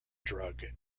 drug